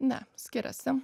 ne skiriasi